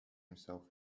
himself